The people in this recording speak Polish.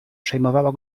przejmowało